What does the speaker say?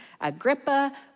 Agrippa